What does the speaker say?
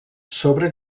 sobre